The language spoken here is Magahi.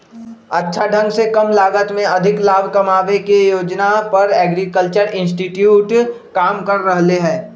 अच्छा ढंग से कम लागत में अधिक लाभ कमावे के योजना पर एग्रीकल्चरल इंस्टीट्यूट काम कर रहले है